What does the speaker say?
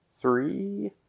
three